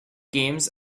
games